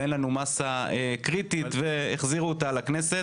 ואין לנו מסה קריטית והחזירו אותה לכנסת.